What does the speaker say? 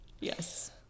Yes